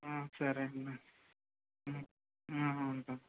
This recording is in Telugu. సరే అండి ఉంటాను